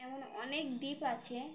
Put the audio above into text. এমন অনেক দ্বীপ আছে